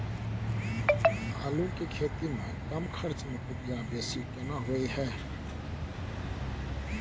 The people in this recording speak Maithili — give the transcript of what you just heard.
आलू के खेती में कम खर्च में उपजा बेसी केना होय है?